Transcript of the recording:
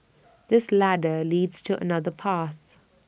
this ladder leads to another path